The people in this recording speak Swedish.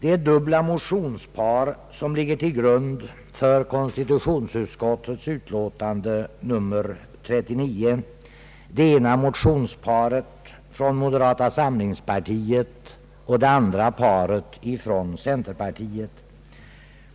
Ett dubbelt motionspar ligger till grund för konstitutionsutskottets utlåtande nr 39, det ena motionsparet från moderata samlingspartiet och det andra från centerpartiet.